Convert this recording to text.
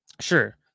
Sure